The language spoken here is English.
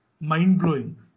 mind-blowing